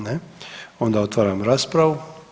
Ne, onda otvaram raspravu.